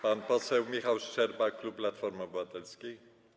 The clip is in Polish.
Pan poseł Michał Szczerba, klub Platformy Obywatelskiej.